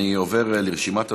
אני עובר לרשימת הדוברים.